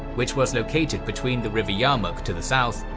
which was located between the river yarmouk to the south,